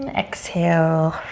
and exhale.